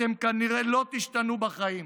אתם כנראה לא תשתנו בחיים.